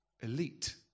elite